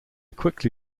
quickly